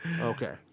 Okay